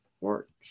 works